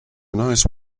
nice